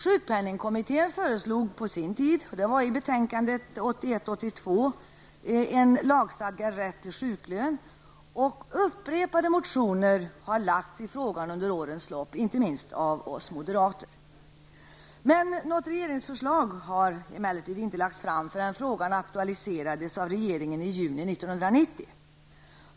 Sjukpenningkommittén föreslog på sin tid i sitt betänkande SOU 1981:22 en lagstadgad rätt till sjuklön och återkommande motioner har avgivits i frågan under årens lopp, inte minst av oss moderater. Något regeringsförslag har emellertid inte lagts fram förrän frågan aktualiserades av regeringen i juni 1990.